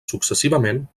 successivament